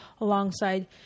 alongside